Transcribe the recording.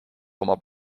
oma